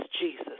Jesus